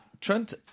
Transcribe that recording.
Trent